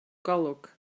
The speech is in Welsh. golwg